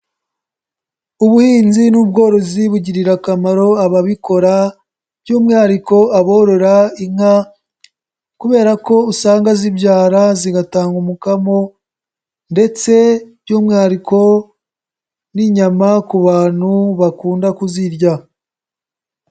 Ubuhinzi n'ubworozi bugirira akamaro ababikora by'umwihariko aborora inka kubera ko usanga zibyara zigatanga umukamo ndetse by'umwihariko n'inyama ku bantu bakunda kuzirya.